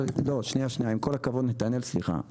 עם כל הכבוד, נתנאל, סליחה.